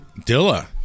Dilla